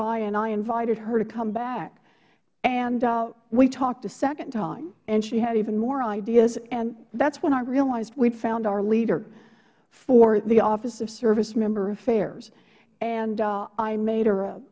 by and i invited her to come back and we talked a second time and she had even more ideas and that is when i realized we had found our leader for the office of servicemember affairs and i made her